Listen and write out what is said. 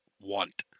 want